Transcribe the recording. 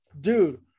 dude